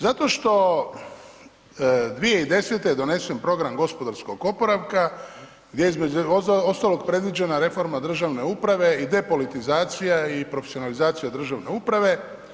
Zato što 2010. donesen je program gospodarskog oporavka, gdje je između ostalog predviđena reforma državne uprave i depolitizacija i profesionalizacija državne uprave.